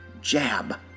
jab